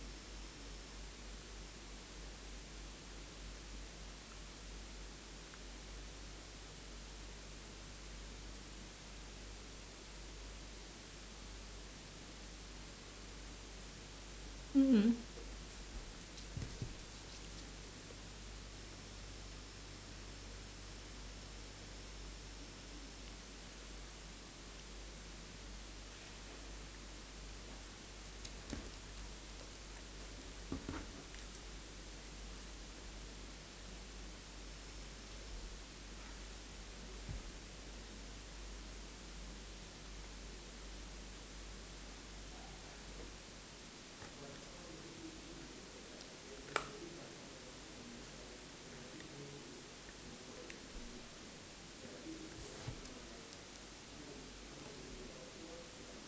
mm mm